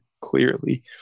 clearly